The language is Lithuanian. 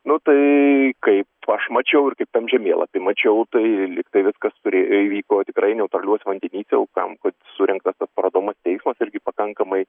nu tai kaip aš mačiau ir kitam žemėlapy mačiau tai lyg tai viskas turėjo įvyko tikrai neutraliuose vamdenyse o kam surengtas tas parodomasis teismas irgi pakankamai